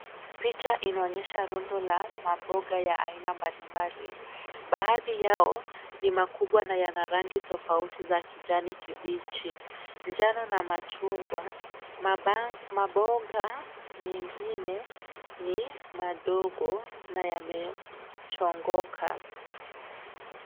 PIcha inaonyesha rundo la maboga ya aina mbalimbali. Baadhi yao ni makubwa na yana rangi tofauti za kijani kibichi, njano na machungwa. Maboga mengine ni madogo na yamechongoka.